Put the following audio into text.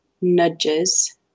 nudges